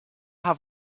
have